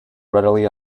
readily